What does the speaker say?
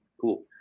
cool